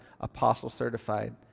apostle-certified